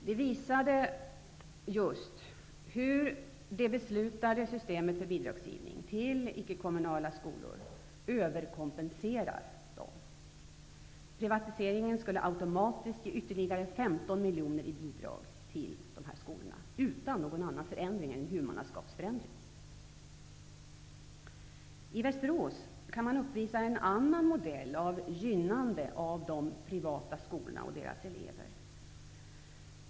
Det visade just hur det beslutade systemet för bidrag till icke-kommunala skolor överkompenserar dessa. Privatiseringen skulle automatiskt ge ytterligare 15 miljoner i bidrag till de här skolorna utan någon annan förändring än huvudmannaskapsförändringen. I Västerås uppvisas en annan modell av gynnande av de privata skolorna och deras elever.